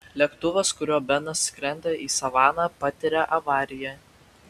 lėktuvas kuriuo benas skrenda į savaną patiria avariją